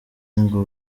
ngo